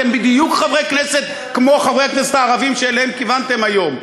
אתם בדיוק כמו חברי הכנסת הערבים שאליהם כיוונתם היום,